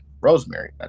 Rosemary